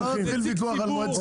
הרי זה תלוי בנו.